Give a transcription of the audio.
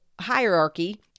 hierarchy